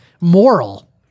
moral